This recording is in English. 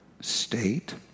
state